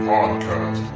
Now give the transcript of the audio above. Podcast